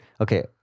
okay